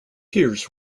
tears